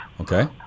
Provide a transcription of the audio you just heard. Okay